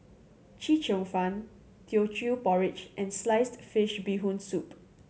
Chee Cheong Fun Teochew Porridge and sliced fish Bee Hoon Soup